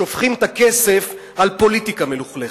שופכים את הכסף על פוליטיקה מלוכלכת.